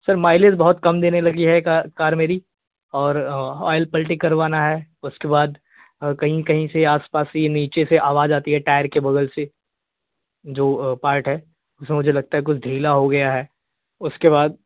sir mileage बहुत कम देने लगी है कार कार मेरी और ऑइल पल्टी करवाना है उसके बाद और कहीं कहीं आसपास से ये नीचे से आवाज आती है टायर के बगल से जो पार्ट है तो मुझे लगता है कुछ ढीला हो गया है उसके बाद